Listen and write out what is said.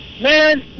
man